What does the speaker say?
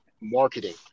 marketing